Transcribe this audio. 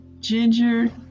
Ginger